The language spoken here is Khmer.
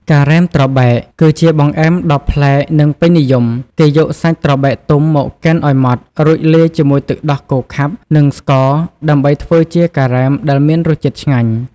ការ៉េមត្របែក គឺជាបង្អែមដ៏ប្លែក និងពេញនិយម។ គេយកសាច់ត្របែកទុំមកកិនឲ្យម៉ដ្ឋ រួចលាយជាមួយទឹកដោះគោខាប់ និងស្ករ ដើម្បីធ្វើជាការ៉េមដែលមានរសជាតិឆ្ងាញ់។